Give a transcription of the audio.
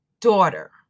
daughter